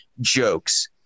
jokes